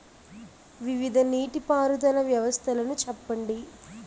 వివిధ నీటి పారుదల వ్యవస్థలను చెప్పండి?